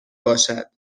باشد